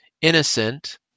innocent